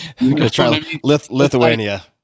Lithuania